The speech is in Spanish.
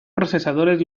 procesadores